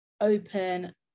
open